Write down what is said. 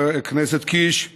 הכנסת דן סידה, בבקשה,